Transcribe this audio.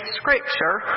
scripture